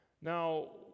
now